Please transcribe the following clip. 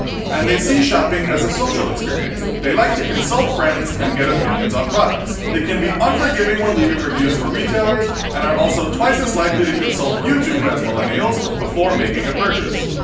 and they see shopping as a social experience. they like to consult friends and get opinions on products. they can be unforgiving when leaving reviews for retailers and are also twice as likely to consult youtube as millennials, before making a purchase.